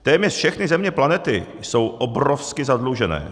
Téměř všechny země planety jsou obrovsky zadlužené.